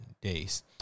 days